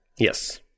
Yes